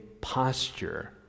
posture